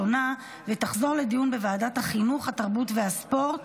לוועדת החינוך, התרבות והספורט